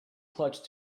clutch